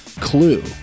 clue